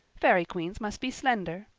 fairy queens must be slender.